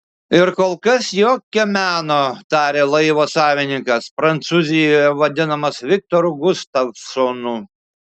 ir kol kas jokio meno tarė laivo savininkas prancūzijoje vadinamas viktoru gustavsonu